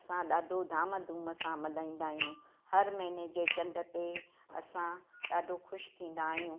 असां ॾाढो धाम धूम सां मल्हाईंदा आहियूं हर महीने जे चंड ते असां ॾाढो ख़ुशि थींदा आहियूं